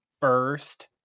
first